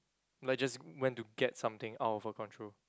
like just went to get something out of her control